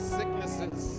sicknesses